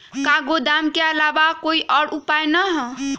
का गोदाम के आलावा कोई और उपाय न ह?